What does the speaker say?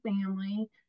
family